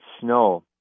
snow